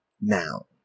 Now